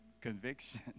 conviction